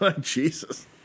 Jesus